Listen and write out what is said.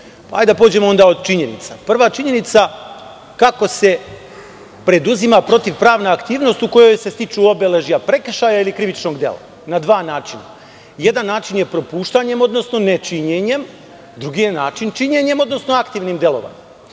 onda da pođemo od činjenica. Prva činjenica je kako da se preduzima protivpravna aktivnost u kojoj se stiču obeležja prekršaja ili krivičnog dela. Na dva načina. Jedan način je propuštanjem, odnosno ne činjenjem, a drugi način je činjenjem odnosno aktivnim delovanjem.